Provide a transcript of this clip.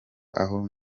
aho